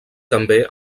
també